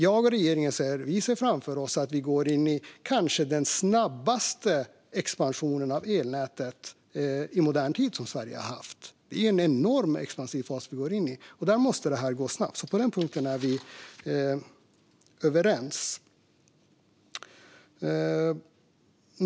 Jag och regeringen ser framför oss att vi går mot den kanske snabbaste expansionen av elnätet som Sverige har haft i modern tid. Vi går in i en enormt expansiv fas. Då måste det gå snabbt. På den punkten är vi överens.